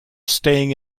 staying